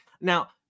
now